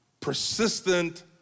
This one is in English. persistent